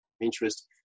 interest